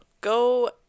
go